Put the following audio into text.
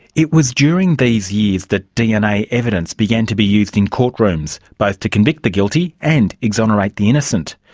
it was during these years that dna evidence began to be used in courtrooms both to convict the guilty and exonerate the innocent.